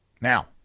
Now